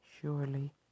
surely